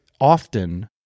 often